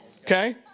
Okay